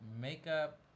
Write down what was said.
makeup